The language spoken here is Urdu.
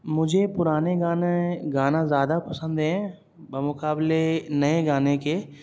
مجھے پرانے گانے گانا زیادہ پسند ہیں بہ مقابلے نئے گانے کے